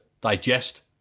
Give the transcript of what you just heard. digest